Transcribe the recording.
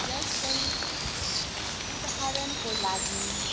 जस्तै उदाहरणको लागि